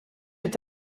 est